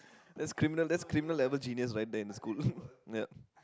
that's criminal that's criminal level genius right there in school ya